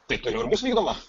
tai toliau ir bus vykdoma